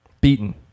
Beaten